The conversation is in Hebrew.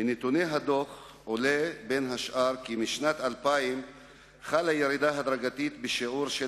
מנתוני הדוח עולה בין השאר כי משנת 2000 חלה ירידה הדרגתית בשיעור של